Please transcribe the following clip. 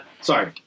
Sorry